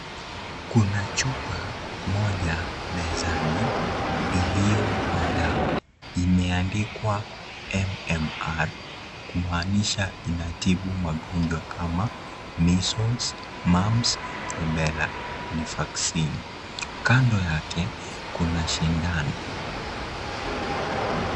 Kuna chupa moja mezani iliyo na dawa. Imeandikwa, MMR, kumaanisha, inatibu magonjwa kama, measles, mumps, rubella ni vaccine . Kando yake kuna sindano.